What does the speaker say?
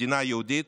מדינה יהודית,